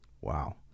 wow